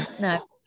no